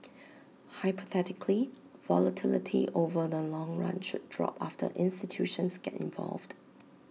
hypothetically volatility over the long run should drop after institutions get involved